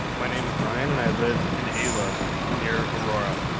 my name is ryan and i live in a love near aurora.